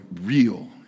real